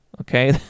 okay